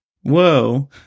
Whoa